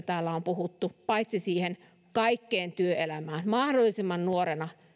täällä on puhuttu kaikkeen työelämään mahdollisimman nuorena